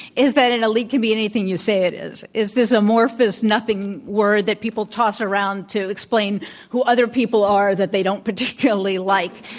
is that an elite can be anything you say it is. it's this amorphous, nothing word that people toss around to explain who other people are that they don't particularly like.